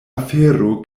afero